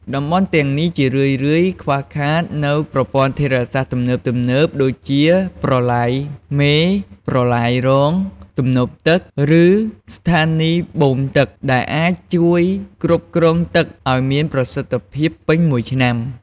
តំបន់ទាំងនេះជារឿយៗខ្វះខាតនូវប្រព័ន្ធធារាសាស្ត្រទំនើបៗ ដូចជាប្រឡាយមេ ប្រឡាយរង ទំនប់ទឹក ឬស្ថានីយបូមទឹក ដែលអាចជួយគ្រប់គ្រងទឹកឱ្យមានប្រសិទ្ធភាពពេញមួយឆ្នាំ។